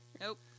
Nope